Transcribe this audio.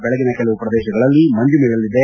ಬೆಳಗಿನ ಕೆಲವು ಪ್ರದೇಶಗಳಲ್ಲಿ ಮಂಜು ಬೀಳಲಿದೆ